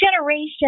generation